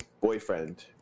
boyfriend